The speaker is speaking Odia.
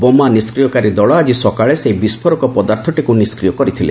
ବୋମା ନିଷ୍କ୍ରିୟକାରୀ ଦଳ ଆଜି ସକାଳେ ସେହି ବିସ୍କୋରକ ପଦାର୍ଥଟିକୁ ନିଷ୍କ୍ରିୟ କରିଥିଲେ